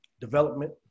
development